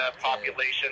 population